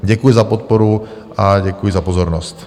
Děkuji za podporu a děkuji za pozornost.